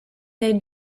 they